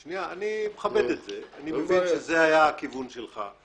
אני מכבד את זה, אני מבין זה היה הכיוון שלך.